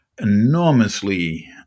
enormously